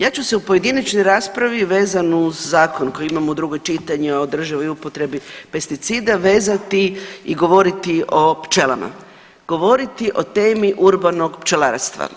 Ja ću se u pojedinačnoj raspravi vezano uz zakon koji imamo u drugom čitanju o održivoj upotrebi pesticida vezati i govoriti o pčelama, govoriti o temi urbanog pčelarstva.